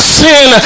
sin